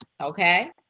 Okay